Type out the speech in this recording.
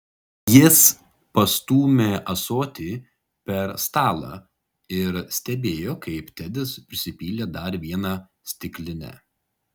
jis pastūmė ąsotį per stalą ir stebėjo kaip tedis prisipylė dar vieną stiklinę